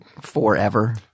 forever